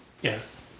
yes